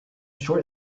short